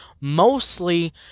mostly